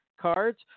cards –